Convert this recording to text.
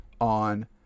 on